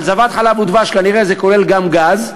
אבל זבת חלב ודבש כנראה זה כולל גם גז,